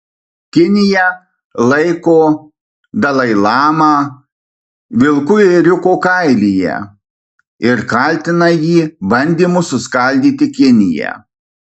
kinija laiko dalai lamą vilku ėriuko kailyje ir kaltina jį bandymu suskaldyti kiniją